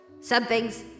Something's